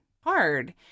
hard